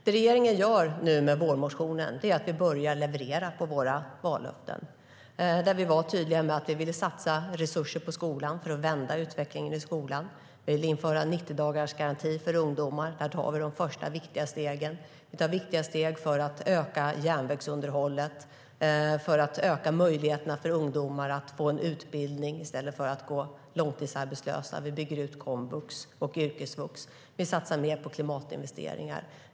Det regeringen nu gör med vårpropositionen är att vi börjar leverera på våra vallöften. Vi var tydliga med att vi ville satsa resurser på skolan för att vända utvecklingen i skolan. Vi vill införa 90-dagarsgaranti för ungdomar. Där tar vi de första viktiga stegen. Vi tar viktiga steg för att öka järnvägsunderhållet och för att öka möjligheterna för ungdomar att få en utbildning i stället för att gå långtidsarbetslösa. Vi bygger ut komvux och yrkesvux. Vi satsar mer på klimatinvesteringar.